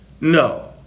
No